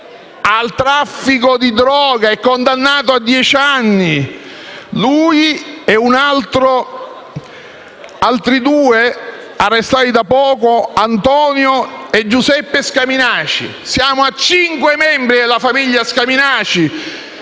Al traffico di droga e condannato a dieci anni, lui e altri due arrestati da poco: Antonio e Giuseppe Scaminaci. Siamo dunque a cinque membri della famiglia Scaminaci,